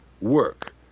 Work